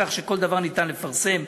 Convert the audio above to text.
כך שכל דבר שניתן לפרסם,